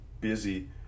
busy